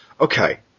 Okay